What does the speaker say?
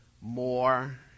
more